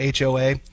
HOA